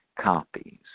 copies